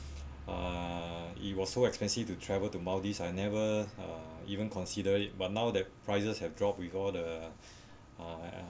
uh it was so expensive to travel to maldives I never uh even consider it but now that prices have dropped with all the uh